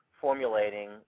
formulating